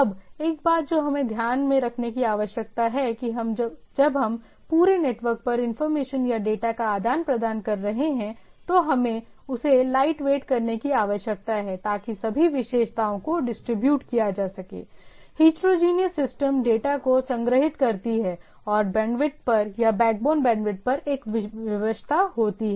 अब एक बात जो हमें ध्यान में रखने की आवश्यकता है कि जब हम पूरे नेटवर्क पर इंफॉर्मेशन या डेटा का आदान प्रदान कर रहे हैं तो हमें इसे लाइटवेट करने की आवश्यकता है ताकि सभी विशेषताओं को डिस्ट्रीब्यूट किया जा सके हेट्रोजीनियस सिस्टम डेटा को संग्रहीत करती हैं और बैंडविड्थ पर या बैकबोन बैंडविड्थ पर एक विवशता होती है